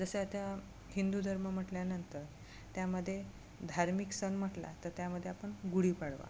जसं आता हिंदू धर्म म्हटल्यानंतर त्यामध्ये धार्मिक सण म्हटला तर त्यामध्ये आपण गुढीपाडवा